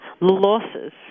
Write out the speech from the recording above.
losses